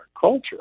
culture